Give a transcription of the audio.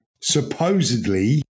supposedly